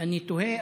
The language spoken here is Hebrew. אני תוהה,